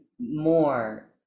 more